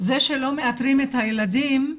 שלא מאתרים את הילדים,